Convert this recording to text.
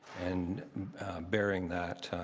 and bearing that,